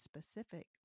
specific